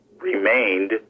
remained